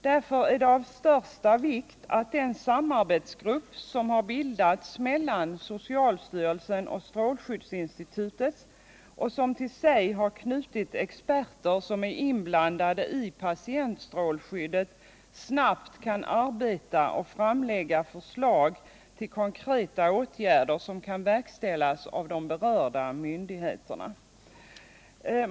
Det är på grund av dessa risker av största vikt att den samarbetsgrupp som bildats mellan socialstyrelsen och strålskyddsinstitutet och som till sig knutit experter som är inblandade i patientstrålskyddet snabbt kan arbeta och. framlägga förslag till konkreta åtgärder, som kan verkställas av de berörda myndigheterna.